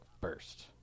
first